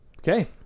Okay